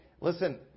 Listen